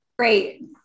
Great